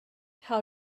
how